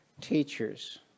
teachers